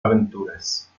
aventuras